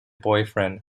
boyfriend